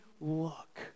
look